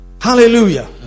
Hallelujah